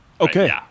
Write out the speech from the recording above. Okay